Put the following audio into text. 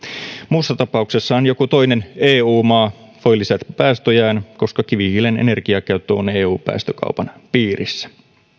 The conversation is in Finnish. muussa tapauksessahan joku toinen eu maa voi lisätä päästöjään koska kivihiilen energiakäyttö on eu päästökaupan piirissä